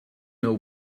know